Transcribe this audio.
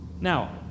Now